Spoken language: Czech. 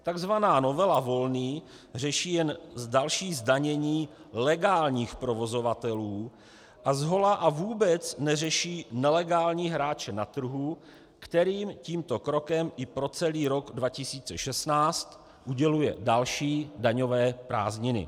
Tzv. novela Volný řeší jen další zdanění legálních provozovatelů a zhola a vůbec neřeší nelegální hráče na trhu, kterým tímto krokem i pro celý rok 2016 uděluje další daňové prázdniny.